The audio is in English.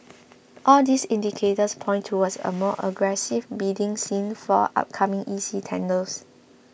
all these indicators point towards a more aggressive bidding scene for upcoming E C tenders